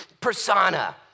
persona